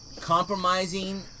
compromising